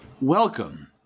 Welcome